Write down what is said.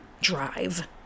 drive